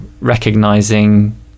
recognizing